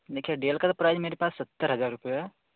देखिए डैल का तो प्राइज मेरे पास सत्तर हज़ार रूपये है